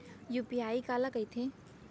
UPI काला कहिथे?